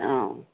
आम्